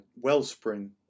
wellspring